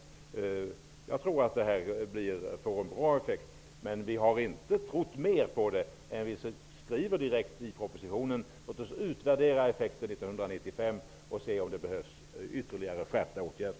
Jag tror att denna avgift får en bra effekt. Men vi har inte trott mer på den än att vi direkt i propositionen skriver att vi 1995 skall utvärdera effekten och se om det behövs ytterligare skärpta åtgärder.